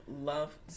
love